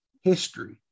history